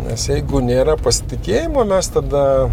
nes jeigu nėra pasitikėjimo mes tada